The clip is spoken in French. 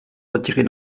retirée